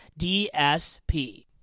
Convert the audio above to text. dsp